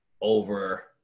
over